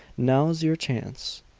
now's your chance!